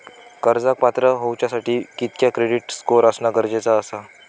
कर्जाक पात्र होवच्यासाठी कितक्या क्रेडिट स्कोअर असणा गरजेचा आसा?